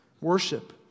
worship